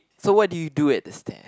so what did you do at the stair